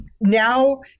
now